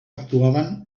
actuaven